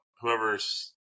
whoever's